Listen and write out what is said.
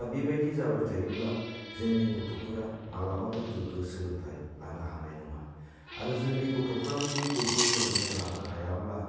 दा बे बायदि जाबाय थायोब्ला जोंनि गथ'फोरा मालाबाबो गोग्गो सोलोंथाय लानो हानाय नङा आरो जोंनि गथ'फ्रा जुदि गोग्गो सोलोंथाय लानो हायाब्ला